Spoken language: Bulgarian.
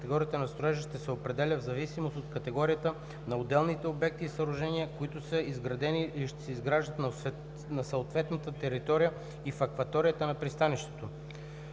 категорията на строежа ще се определя в зависимост от категорията на отделните обекти и съоръжения, които са изградени или ще се изграждат на съответната територия и в акваторията на пристанището.